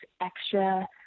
extra